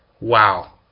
wow